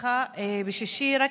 ממשרדך בתאריך 16 באוקטובר 2020,